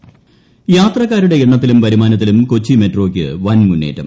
Kochi metro യാത്രക്കാരുടെ എണ്ണത്തിലും വരുമാനത്തിലും കൊച്ചി മെട്രോക്ക് വൻ മുന്നേറ്റം